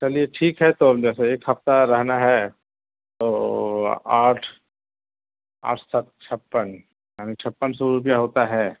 چلیے ٹھیک ہے تو جیسے ایک ہفتہ رہنا ہے تو آٹھ آٹھ سات چھپن یعنی چھپن سو روپیہ ہوتا ہے